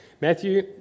Matthew